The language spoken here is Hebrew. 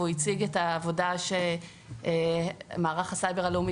והוא הציג את העבודה המשותפת שמערך הסייבר הלאומי